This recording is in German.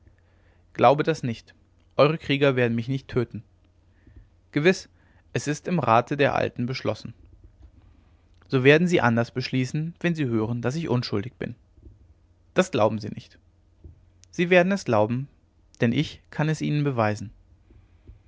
glaube das nicht eure krieger werden mich nicht töten gewiß es ist im rate der alten beschlossen so werden sie anders beschließen wenn sie hören daß ich unschuldig bin das glauben sie nicht sie werden es glauben denn ich kann es ihnen beweisen